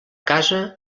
casa